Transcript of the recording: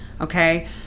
okay